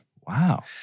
wow